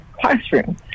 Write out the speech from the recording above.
classroom